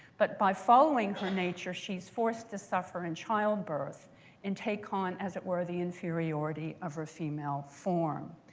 but by following her nature, she is forced to suffer in childbirth and take on, as it were, the inferiority of her female form.